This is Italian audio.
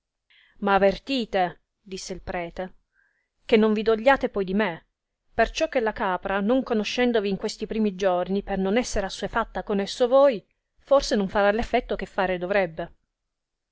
ma avertite disse il prete che non vi dogliate poi di me perciò che la capra non conoscendovi in questi primi giorni per non esser assuefatta con esso voi forse non farà effetto che fare dovrebbe